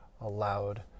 allowed